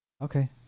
okay